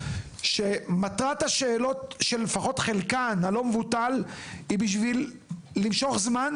שמטרת השאלות של לפחות חלקן הלא מבוטל היא בשביל למשוך זמן?